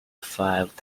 five